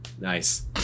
Nice